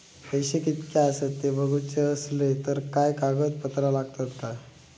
पैशे कीतके आसत ते बघुचे असले तर काय कागद पत्रा लागतात काय?